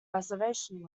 reservation